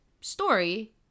story